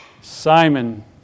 Simon